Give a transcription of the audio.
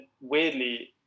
weirdly